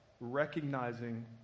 Recognizing